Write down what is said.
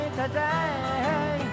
today